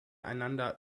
einander